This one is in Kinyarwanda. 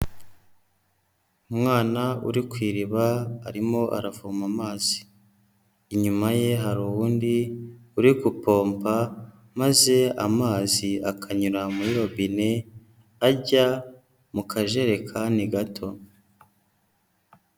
Umwana uri ku iriba arimo aravoma amazi, inyuma ye hari uwundi uri gupomba maze amazi akanyura muri robine ajya mu kajerekani gato.